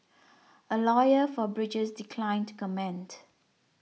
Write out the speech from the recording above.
a lawyer for Bridges declined to comment